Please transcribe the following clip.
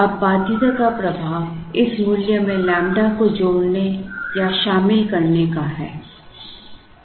अब बाध्यता का प्रभाव इस मूल्य में लैम्ब्डा को जोड़ने या शामिल करने का है